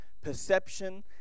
perception